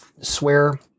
swear